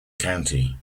county